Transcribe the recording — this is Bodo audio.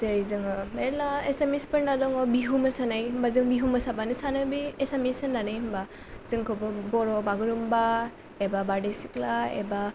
जेरै जोङो मेरला एसामिसफोरना दङ बिहु मोसानाय होमबा जों बिहु मोसाबानो सानो बे एसामिस होननानै होमबा जोंखौबो बर' बागुरुम्बा एबा बारदै सिख्ला एबा